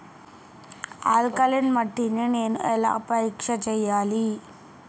Alkaline మట్టి ని నేను ఎలా పరీక్ష చేయాలి?